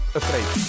afraid